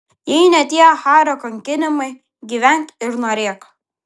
jei ne tie hario kankinimai gyvenk ir norėk